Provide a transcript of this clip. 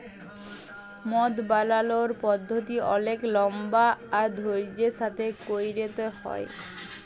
মদ বালালর পদ্ধতি অলেক লম্বা আর ধইর্যের সাথে ক্যইরতে হ্যয়